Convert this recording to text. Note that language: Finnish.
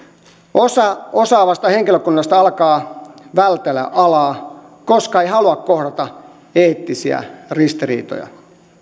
osa osaavasta henkilökunnasta alkaa vältellä alaa koska ei halua kohdata eettisiä ristiriitoja